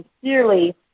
sincerely